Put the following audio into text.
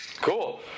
Cool